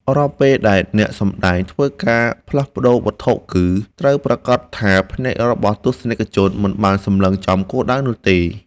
រាល់ពេលដែលអ្នកសម្តែងធ្វើការផ្លាស់ប្តូរវត្ថុគឺ ត្រូវប្រាកដថាភ្នែករបស់ទស្សនិកជនមិនបានសម្លឹងចំគោលដៅនោះទេ។